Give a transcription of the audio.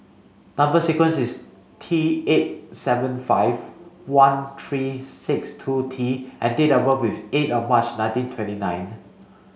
number sequence is T eight seven five one three six two T and date of birth is eight of March nineteen twenty nine